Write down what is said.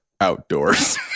Outdoors